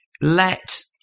let